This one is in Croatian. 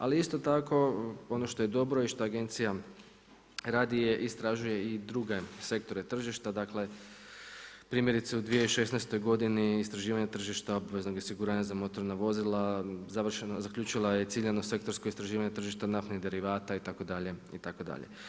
Ali, isto tako ono što je dobro i što agencija radi je istražuje i druge sektore tržišta, dakle, primjerice u 2016. godini, istraživanje tržišta obveznog osiguranja za motorna vozila, zaključila je sektorsko istraživanje tržišta naftnih derivata itd. itd.